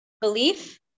Belief